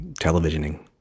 televisioning